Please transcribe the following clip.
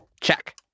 Check